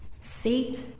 Seat